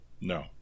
No